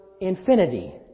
infinity